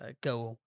go